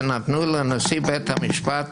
שנתנו לנשיא בית המשפט